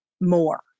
more